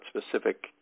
specific